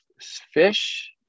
fish